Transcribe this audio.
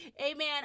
Amen